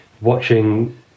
watching